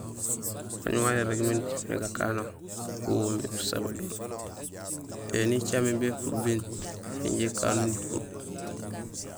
Waañ waan irégmé nicaméné gakano wo woomé usabador; éni icaméné bé puur biin wo inja ikano nipuur.